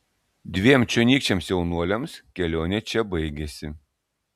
dviem čionykščiams jaunuoliams kelionė čia baigėsi